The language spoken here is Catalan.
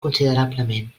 considerablement